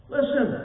Listen